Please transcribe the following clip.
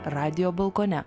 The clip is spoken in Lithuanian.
radijo balkone